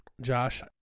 Josh